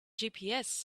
gps